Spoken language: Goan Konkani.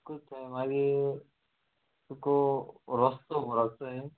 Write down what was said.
तुक तें मागीर तुका रोस्तो होबोर आस थंय